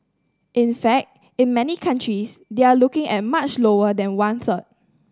in fact in many countries they are looking at much lower than one third